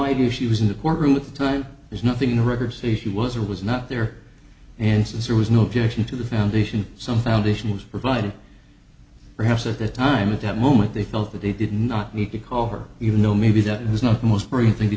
idea she was in the courtroom at the time there's nothing in the records say she was or was not there and since there was no objection to the foundation some foundation was provided perhaps at the time of that moment they felt that they did not need to call her even though maybe that was not the most boring thing to